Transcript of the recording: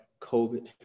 COVID